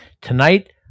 tonight